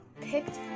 picked